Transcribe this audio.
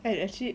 and actually